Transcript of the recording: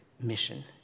mission